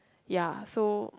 ya so